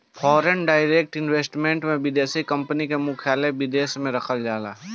foreign direct investment में विदेशी company के मुख्यालय विदेश में रखल जाला